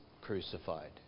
crucified